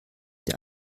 der